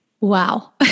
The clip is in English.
wow